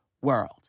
world